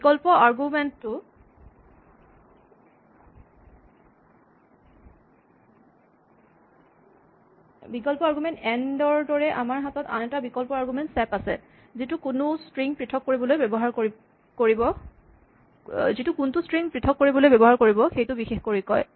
বিকল্প argument end ৰ দৰে আমাৰ হাতত আন এটা বিকল্প আৰগুমেন্ট চেপ আছে যি কোনটো স্ট্ৰিং পৃথক কৰিবলৈ ব্যৱহাৰ কৰিব সেইটো বিশেষ কৰি কয়